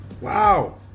Wow